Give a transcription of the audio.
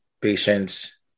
patients